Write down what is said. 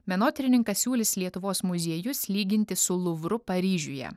menotyrininkas siūlys lietuvos muziejus lyginti su luvru paryžiuje